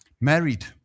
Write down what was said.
Married